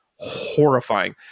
horrifying